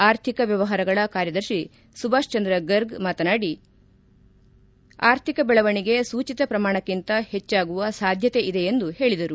ಆರ್ಥಿಕ ವ್ಯವಹಾರಗಳ ಕಾರ್ಯದರ್ಶಿ ಸುಭಾಷ್ ಚಂದ್ರ ಗರ್ಗ್ ಮಾತನಾಡಿ ಆರ್ಥಿಕ ಬೆಳವಣಿಗೆ ಸೂಚಿತ ಪ್ರಮಾಣಕ್ಕಿಂತ ಹೆಚ್ಚಾಗುವ ಸಾಧ್ಯತೆ ಇದೆ ಎಂದು ಹೇಳಿದರು